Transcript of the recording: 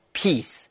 peace